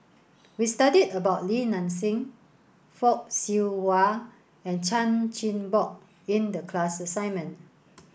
we studied about Li Nanxing Fock Siew Wah and Chan Chin Bock in the class assignment